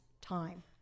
time